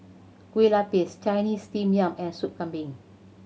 Kueh Lapis Chinese Steamed Yam and Sup Kambing